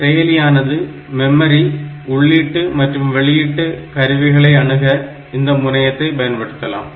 செயலியானது மெமரி உள்ளீட்டு மற்றும் வெளியீட்டு கருவிகளை அணுக இந்த முனையத்தை பயன்படுத்தலாம்